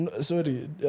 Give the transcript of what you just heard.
Sorry